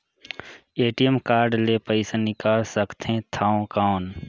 ATM card ले पइसा निकाल सकथे थव कौन?